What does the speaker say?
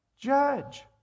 judge